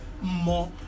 more